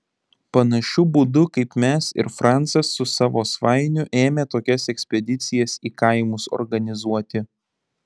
panašiu būdu kaip mes ir francas su savo svainiu ėmė tokias ekspedicijas į kaimus organizuoti